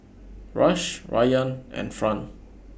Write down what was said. Rush Ryann and Fran